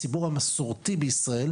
הציבור המסורתי בישראל,